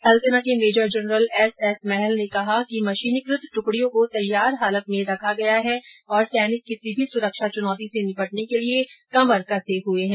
थलसेना के major general S S Mahal ने कहा की मशीनीकृत दुकडियों को तैयार हालत में रखा गया है और सैनिक किसी भी सुरक्षा चनौती से निपटने के लिए कमर कसे हए हैं